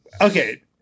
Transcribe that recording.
okay